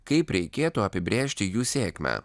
kaip reikėtų apibrėžti jų sėkmę